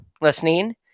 listening